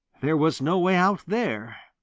there was no way out there.